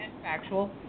factual